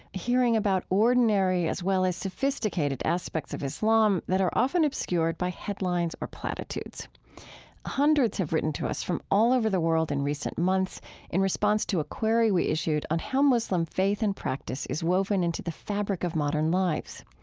hearing about ordinary as well as sophisticated aspects of islam that are often obscured by headlines or platitudes hundreds have written to us from all over the world in recent months in response to a query we issued on how muslim faith and practice is woven into the fabric of modern lives.